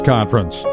Conference